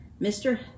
Mr